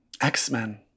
x-men